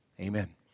Amen